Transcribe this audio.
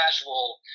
casual